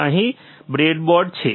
તેથી અહીં બ્રેડબોર્ડ છે